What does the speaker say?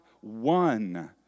one